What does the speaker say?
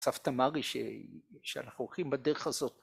‫סבתא מרי, שאנחנו הולכים בדרך הזאת.